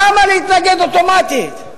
למה להתנגד אוטומטית?